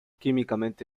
químicamente